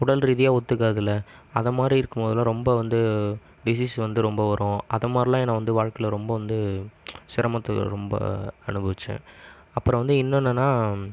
உடல் ரீதியாக ஒத்துக்காதில்ல அது மாதிரி இருக்கும் போதெல்லாம் ரொம்ப வந்து டிசீஸ் வந்து ரொம்ப வரும் அது மாதிரிலாம் என்னை வந்து வாழ்க்கையில் ரொம்ப வந்து சிரமத்தை ரொம்ப அனுபவித்தேன் அப்புறம் வந்து இன்னும் என்னென்னா